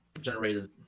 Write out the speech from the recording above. generated